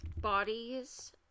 bodies